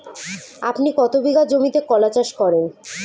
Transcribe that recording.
আপনি কত বিঘা জমিতে কলা চাষ করেন?